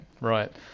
right